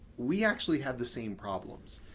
we actually have the same problems.